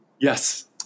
Yes